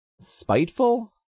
spiteful